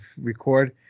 record